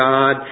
God